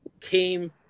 came